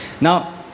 Now